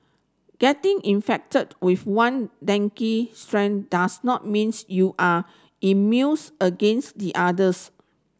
getting infected with one dengue strain does not means you are immunes against the others